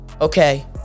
okay